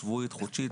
שבועית וחודשית,